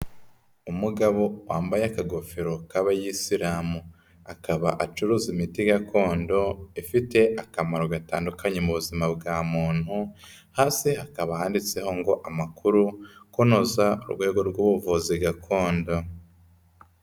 Umugabo wambaye akagofero k'abayisilamu, akaba acuruza imiti gakondo ifite akamaro gatandukanye mu buzima bwa muntu, hasi hakaba handitseho ngo amakuru kunoza urwego rw'ubuvuzi gakondo.